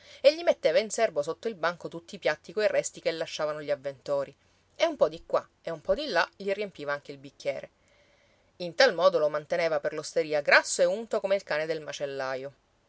e gli metteva in serbo sotto il banco tutti i piatti coi resti che lasciavano gli avventori e un po di qua e un po di là gli riempiva anche il bicchiere in tal modo lo manteneva per l'osteria grasso e unto come il cane del macellaio